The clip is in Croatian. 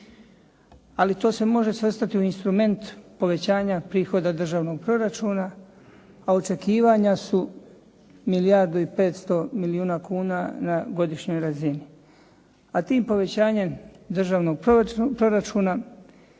ali to se može svrstati u instrument povećanja prihoda državnog proračuna a očekivanja su milijardu i 500 milijuna kuna na godišnjoj razini, a tim povećanjem državnog proračuna